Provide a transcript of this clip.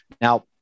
Now